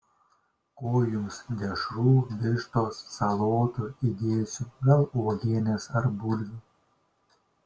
ko jums dešrų vištos salotų įdėsiu gal uogienės ar bulvių